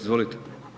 Izvolite.